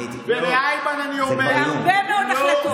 ולאיימן אני אומר, בהרבה מאוד החלטות.